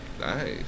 Nice